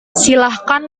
silahkan